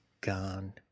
gone